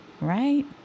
right